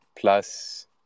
plus